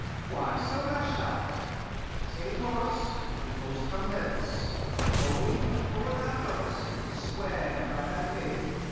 why, so thou shalt take horse, and post from hence only before thou goest, swear by thy faith,